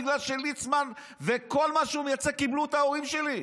בגלל שליצמן וכל מי שהוא מייצג קיבלו את ההורים שלי.